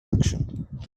action